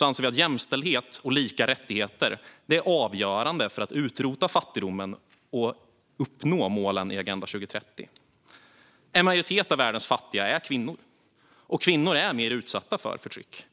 är jämställdhet och lika rättigheter avgörande för att utrota fattigdomen och uppnå målen i Agenda 2030. En majoritet av världens fattiga är kvinnor, och kvinnor är mer utsatta för förtryck.